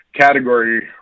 category